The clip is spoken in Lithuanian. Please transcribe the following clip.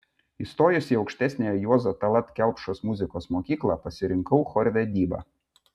įstojusi į aukštesniąją juozo tallat kelpšos muzikos mokyklą pasirinkau chorvedybą